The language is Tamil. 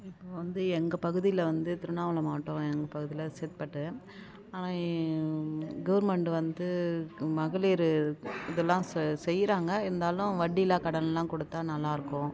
இப்போ வந்து எங்கள் பகுதியில் வந்து திருவண்ணாமலை மாவட்டம் எங்கள் பகுதியில் சேத்துபட்டு ஆனால் கவுர்மெண்ட்டு வந்து மகளீர் இதலாம் செய் செய்கிறாங்க இருந்தாலும் வட்டி இல்லா கடன்லாம் கொடுத்தா நல்லாயிருக்கும்